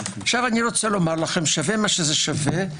שווה מה זה שווה,